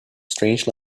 strange